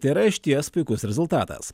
tai yra išties puikus rezultatas